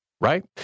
right